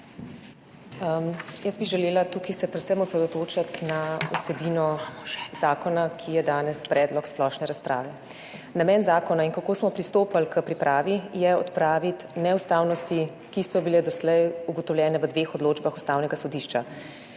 Jaz bi se želela tukaj predvsem osredotočiti na vsebino zakona, ki je danes predlog splošne razprave. Namen zakona in kako smo pristopili k pripravi je odpraviti neustavnosti, ki so bile doslej ugotovljene v dveh odločbah Ustavnega sodišča.